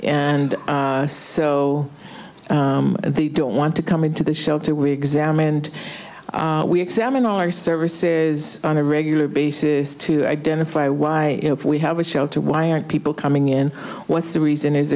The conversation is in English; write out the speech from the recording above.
so they don't want to come into the shelter we examine and we examine our services on a regular basis to identify why we have a shelter why aren't people coming in what's the reason is